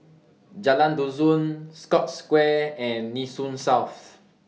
Jalan Dusun Scotts Square and Nee Soon South